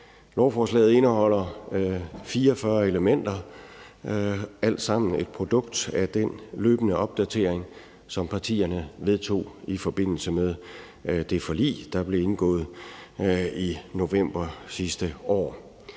Lovforslaget indeholder 44 elementer, som alle sammen er et produkt af den løbende opdatering, som partierne vedtog i forbindelse med det forlig, der blev indgået i november sidste år.